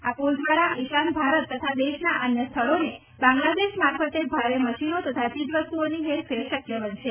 આ પુલ દ્વારા ઈશાન ભારત તથા દેશના અન્ય સ્થળોને બાંગ્લાદેશ મારફતે ભારે મશીનો તથા ચીજવસ્તુઓની હેર ફેર શક્ય બનશે